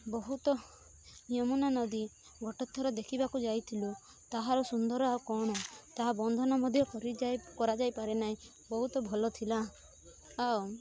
ବହୁତ ୟମୁନା ନଦୀ ଗୋଟେ ଥର ଦେଖିବାକୁ ଯାଇଥିଲୁ ତାହାର ସୁନ୍ଦର ଆଉ କ'ଣ ତାହା ବନ୍ଧନ ମଧ୍ୟ କରିଯାଏ କରାଯାଏ ପାରେ ନାହିଁ ବହୁତ ଭଲ ଥିଲା ଆଉ